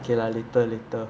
okay lah later later